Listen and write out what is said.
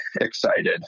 excited